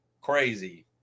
crazy